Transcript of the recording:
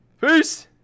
Peace